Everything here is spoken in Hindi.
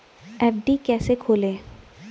एफ.डी कैसे खोलें?